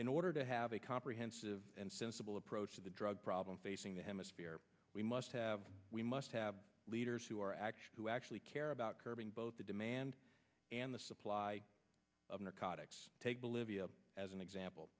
in order to have a comprehensive and sensible approach to the drug problem facing the hemisphere we must have we must have leaders who are actually who actually care about curbing both the demand and the supply